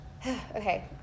Okay